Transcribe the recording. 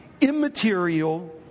immaterial